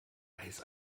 eis